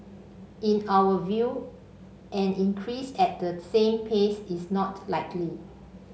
in our view an increase at the same pace is not likely